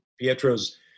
Pietro's